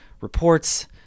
reports